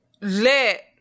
let